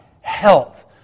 health